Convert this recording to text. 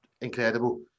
incredible